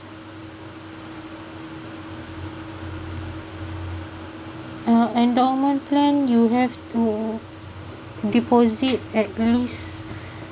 uh endowment plan you have to deposit at least